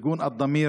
את ארגון אדאמיר,